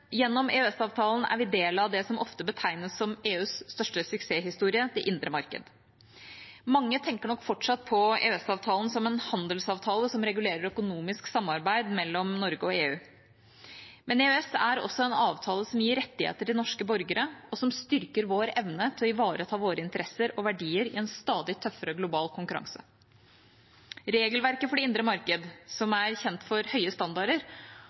Gjennom EØS-avtalen er vi del av det som ofte betegnes som EUs største suksesshistorie, det indre marked. Mange tenker nok fortsatt på EØS-avtalen som en handelsavtale som regulerer økonomisk samarbeid mellom Norge og EU. Men EØS er også en avtale som gir rettigheter til norske borgere, og som styrker vår evne til å ivareta våre interesser og verdier i en stadig tøffere global konkurranse. Regelverket for det indre marked, som er kjent for høye standarder,